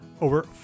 Over